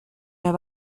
der